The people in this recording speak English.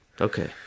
Okay